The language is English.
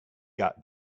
got